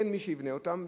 אין מי שיבנה אותן,